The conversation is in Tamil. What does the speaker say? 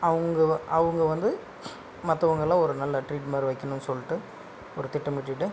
அவங்க அவங்க வந்து மற்றவங்க எல்லாம் ஒரு நல்ல ட்ரீட் மாதிரி வைக்கணும் சொல்லிட்டு ஒரு திட்டமிட்டுவிட்டு